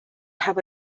have